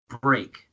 break